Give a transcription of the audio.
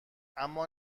اما